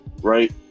right